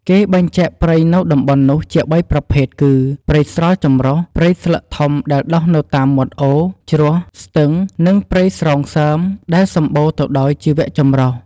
គេបែងចែកព្រៃនៅតំបន់នោះជាបីប្រភេទគឺ ព្រៃស្រល់ចម្រុះ ព្រៃស្លឹកធំដែលដុះនៅតាមមាត់អូរ ជ្រោះ ស្ទឹង និងព្រៃស្រោងសើមដែលសំបូរទៅដោយជីវចម្រុះ។